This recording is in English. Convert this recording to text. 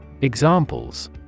Examples